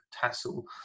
Tassel